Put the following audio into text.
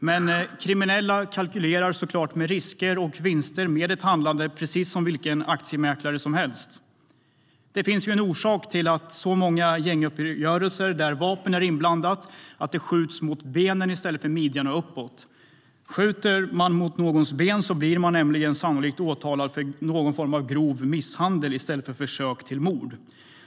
Men kriminella kalkylerar med risker och vinster med sitt handlande precis som vilken aktiemäklare som helst. Det finns ju en orsak till att det i så många gänguppgörelser där vapen är inblandade skjuts mot benen i stället för midjan och uppåt. Skjuter man mot någons ben blir man nämligen sannolikt åtalad för någon form av grov misshandel i stället för försök till mord.